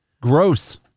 Gross